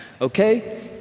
Okay